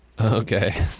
Okay